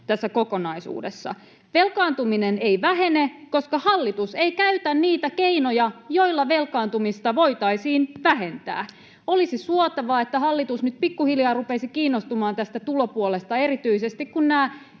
tässä kokonaisuudessa. Velkaantuminen ei vähene, koska hallitus ei käytä niitä keinoja, joilla velkaantumista voitaisiin vähentää. Olisi suotavaa, että hallitus nyt pikkuhiljaa rupeaisi kiinnostumaan tästä tulopuolesta erityisesti, kun nämä